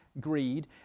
greed